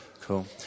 Cool